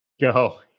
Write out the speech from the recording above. Go